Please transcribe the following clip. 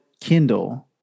Kindle